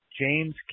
James